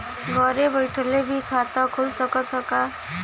घरे बइठले भी खाता खुल सकत ह का?